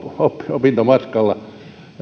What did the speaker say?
opintomatkalla